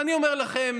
ואני אומר לכם,